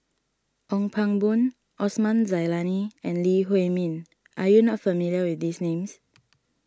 Ong Pang Boon Osman Zailani and Lee Huei Min are you not familiar with these names